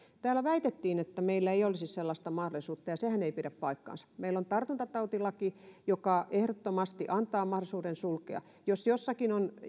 täällä väitettiin että meillä ei olisi sellaista mahdollisuutta ja sehän ei pidä paikkaansa meillä on tartuntatautilaki joka ehdottomasti antaa mahdollisuuden sulkea jos jossakin on